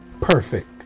perfect